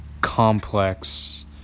complex